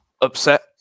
upset